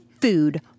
food